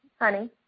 Honey